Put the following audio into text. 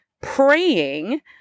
praying